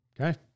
Okay